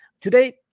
Today